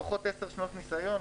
לפחות 10 שנות ניסיון,